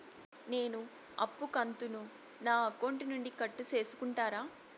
నేను అప్పు కంతును నా అకౌంట్ నుండి కట్ సేసుకుంటారా?